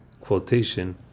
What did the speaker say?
quotation